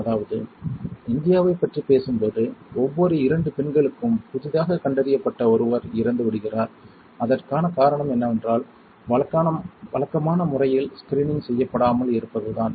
அதாவது இந்தியாவைப் பற்றி பேசும் போது ஒவ்வொரு இரண்டு பெண்களுக்கும் புதிதாக கண்டறியப்பட்ட ஒருவர் இறந்துவிடுகிறார் அதற்கான காரணம் என்னவென்றால் வழக்கமான முறையில் ஸ்கிரீனிங் செய்யப்படாமல் இருப்பதுதான்